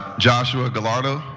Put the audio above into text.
joshua gallardo?